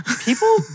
People